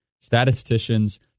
statisticians